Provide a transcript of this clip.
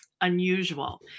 unusual